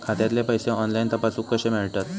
खात्यातले पैसे ऑनलाइन तपासुक कशे मेलतत?